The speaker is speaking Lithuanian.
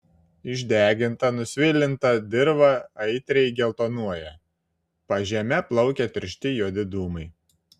išdeginta nusvilinta dirva aitriai geltonuoja pažeme plaukia tiršti juodi dūmai